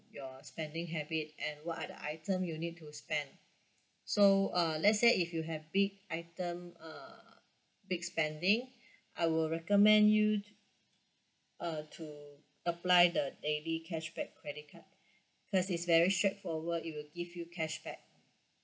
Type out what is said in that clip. your spending habit and what are the item you need to spend so uh let's say if you have big item uh big spending I will recommend you to uh to apply the daily cashback credit card cause it's very straight forward it will give you cashback